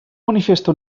manifesta